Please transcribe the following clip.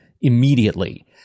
immediately